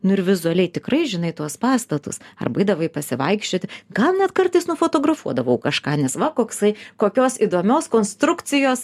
nu ir vizualiai tikrai žinai tuos pastatus arba eidavai pasivaikščioti gal net kartais nufotografuodavau kažką nes va koksai kokios įdomios konstrukcijos